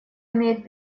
имеет